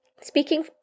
speaking